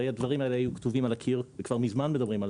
הרי הדברים האלה היו כתובים על הקיר וכבר מזמן מדברים על